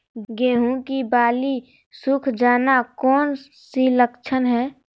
गेंहू की बाली सुख जाना कौन सी लक्षण है?